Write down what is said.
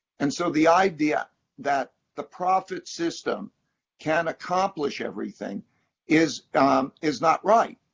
and so the idea that the profit system can accomplish everything is um is not right.